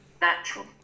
natural